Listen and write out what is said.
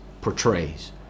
portrays